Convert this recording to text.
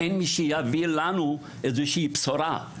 אין מי שיביא לנו איזו שהיא בשורה.